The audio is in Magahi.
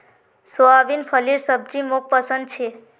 सोयाबीन फलीर सब्जी मोक पसंद छे